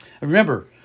Remember